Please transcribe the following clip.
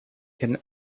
can